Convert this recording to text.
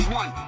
one